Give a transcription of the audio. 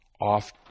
off